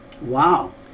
Wow